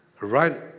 right